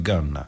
Gun